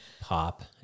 pop